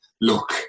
look